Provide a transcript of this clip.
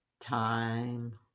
time